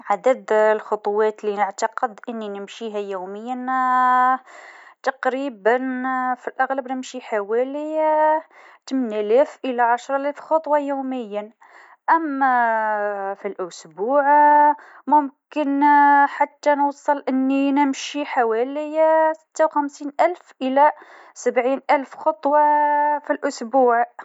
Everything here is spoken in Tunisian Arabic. نجم نشرب حوالي تقريبا اتنين لتر في اليوم، يعني تقريبًا اربعتاش لتر في الأسبوع. شرب الماء مهم للصحة، ويحافظ على النشاط.